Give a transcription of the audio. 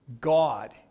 God